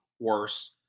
worse